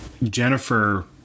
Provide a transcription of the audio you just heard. Jennifer